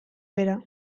bera